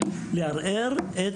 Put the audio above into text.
לערער את